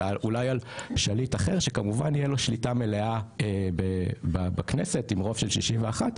אלא אולי על שליט אחר שכמובן יהיה לו שליטה מלאה בכנסת עם רוב של 61,